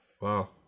Wow